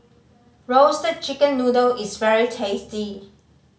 Roasted Chicken Noodle is very tasty